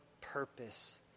purpose